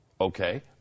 Okay